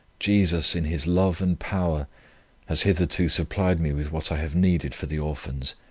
jesus in his love and power has hitherto supplied me with what i have needed for the orphans,